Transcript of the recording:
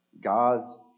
God's